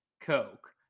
coke